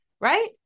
right